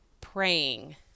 praying